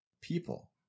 people